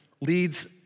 leads